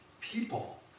people